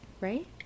right